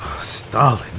Stalin